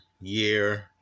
year